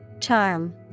Charm